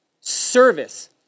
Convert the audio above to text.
service